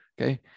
Okay